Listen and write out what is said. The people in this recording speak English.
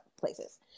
places